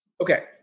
Okay